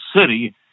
city